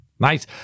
Nice